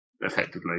effectively